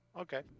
Okay